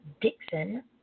dixon